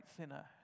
sinner